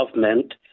government